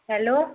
hello